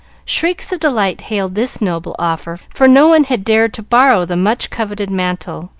shrieks of delight hailed this noble offer, for no one had dared to borrow the much-coveted mantle,